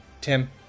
Tim